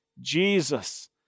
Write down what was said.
Jesus